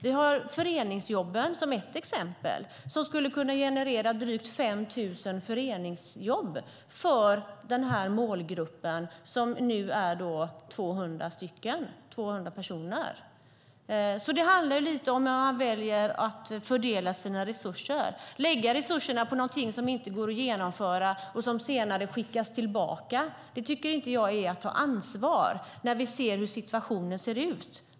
Vi har som ett exempel föreningsjobben som skulle kunna generera drygt 5 000 föreningsjobb för den här målgruppen som nu är 200 personer. Det handlar alltså lite om hur man väljer att fördela sina resurser. Att lägga resurserna på någonting som inte går att genomföra och senare skicka tillbaka dem tycker inte jag är att ta ansvar när vi ser hur situationen ser ut.